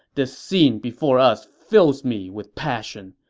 this scene before us fills me with passion.